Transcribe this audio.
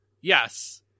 Yes